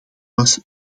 was